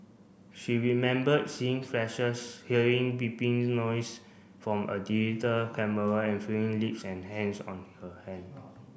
she remembered seeing flashes hearing beeping noise from a digital camera and feeling lips and hands on her hand